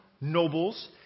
nobles